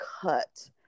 cut